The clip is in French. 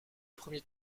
premier